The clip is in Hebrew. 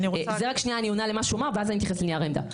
רק שנייה אני עונה למה שהוא אמר ואז אני אתייחס לנייר העמדה.